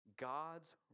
God's